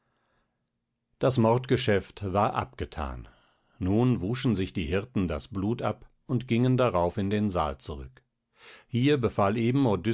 das mordgeschäft war abgethan nun wuschen sich die hirten das blut ab und gingen darauf in den saal zurück hier befahl eben